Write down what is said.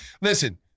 Listen